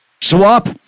Swap